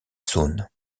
saône